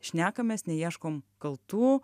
šnekamės neieškom kaltų